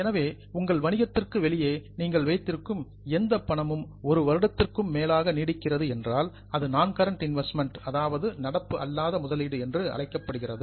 எனவே உங்கள் வணிகத்திற்கு வெளியே நீங்கள் வைத்திருக்கும் எந்த பணமும் ஒரு வருடத்திற்கும் மேலாக நீடிக்கிறது என்றால் அது நான் கரன்ட் இன்வெஸ்ட்மெண்ட் நடப்பு அல்லாத முதலீடு என்று அழைக்கப்படுகிறது